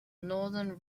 northern